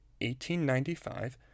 1895